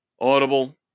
Audible